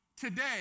Today